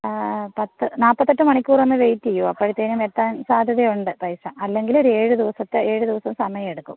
പത്ത് നാൽപ്പത്തെട്ട് മണിക്കൂറൊന്ന് വെയിറ്റ് ചെയ്യൂ അപ്പോഴത്തേനും എത്താൻ സാധ്യതയുണ്ട് പൈസ അല്ലെങ്കിൽ ഒരു ഏഴ് ദിവസത്തെ ഏഴ് ദിവസം സമയമെടുക്കും